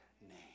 name